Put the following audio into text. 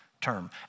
Term